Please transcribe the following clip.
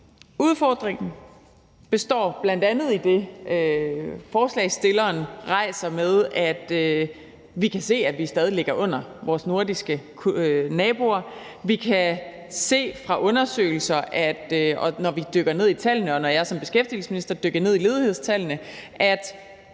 Udfordringen består bl.a. i det, forespørgerne rejser, med, at vi kan se, at vi stadig ligger under vores nordiske naboer. Vi kan se fra undersøgelser, når vi dykker ned i tallene, og når jeg som beskæftigelsesminister dykker ned i ledighedstallene, at